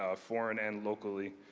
ah foreign and locally,